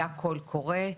היה קול קורא.